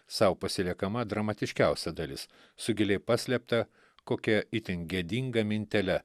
sau pasiliekama dramatiškiausia dalis su giliai paslėpta kokia itin gėdinga mintele